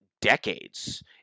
decades